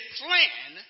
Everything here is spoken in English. plan